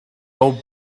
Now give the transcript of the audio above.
old